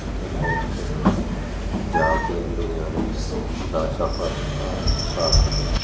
ਅਤੇ ਮੈਂ ਉਹਦੇ ਨਾਲ ਜਾ ਕੇ ਲੁਧਿਆਣੇ ਦਾ ਸਫ਼ਰ ਦਾ ਅਹਿਸਾਸ ਲਿਆ